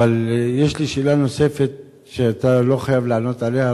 אבל יש לי שאלה נוספת שאתה לא חייב לענות עליה,